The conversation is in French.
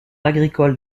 agricoles